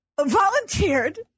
volunteered